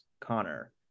Connor